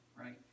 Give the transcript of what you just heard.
right